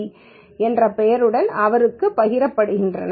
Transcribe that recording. csv என்ற பெயருடன் அவருக்கு பகிரப்படுகின்றன